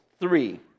three